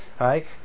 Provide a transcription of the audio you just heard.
right